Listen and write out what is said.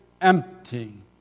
empty